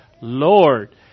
Lord